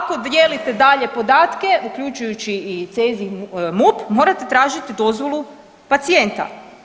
Ako dijelite dalje podatke uključujući i CEZIH, MUP morate tražiti dozvolu pacijenta.